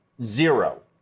zero